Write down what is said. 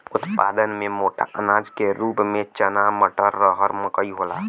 उत्पादन में मोटा अनाज के रूप में चना मटर, रहर मकई होला